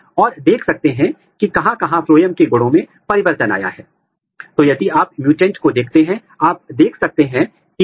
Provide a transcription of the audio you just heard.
आप देख सकते हैं कि समीपस्थ और बेसल क्षेत्र की तुलना में युक्तियों और परिधीय के परिधीय क्षेत्र में MADS2 संकेत अधिक है